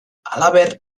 halaber